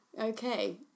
okay